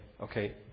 Okay